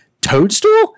Toadstool